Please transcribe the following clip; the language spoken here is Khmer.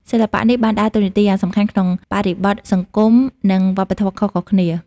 សិល្បៈនេះបានដើរតួនាទីយ៉ាងសំខាន់ក្នុងបរិបទសង្គមនិងវប្បធម៌ខុសៗគ្នា។